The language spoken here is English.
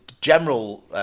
general